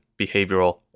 behavioral